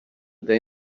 they